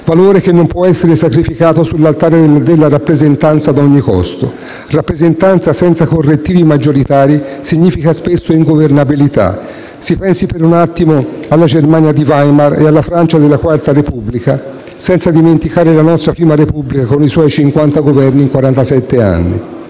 valore che non può essere sacrificato sull'altare della rappresentanza a ogni costo. Rappresentanza senza correttivi maggioritari significa spesso ingovernabilità; si pensi, per un attimo, alla Germania di Weimar e alla Francia della quarta Repubblica, senza dimenticare la nostra prima Repubblica con i suoi cinquanta